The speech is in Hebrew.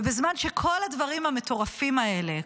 ובזמן שכל הדברים המטורפים האלה קורים,